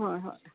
ꯍꯣꯏ ꯍꯣꯏ